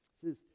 Says